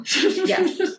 Yes